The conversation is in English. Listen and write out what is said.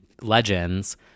legends